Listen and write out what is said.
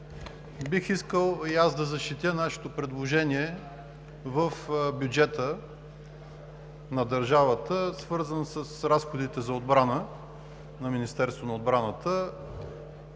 Бих искал и аз да защитя нашето предложение в бюджета на държавата, свързан с разходите за отбрана на Министерството на отбраната.